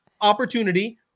opportunity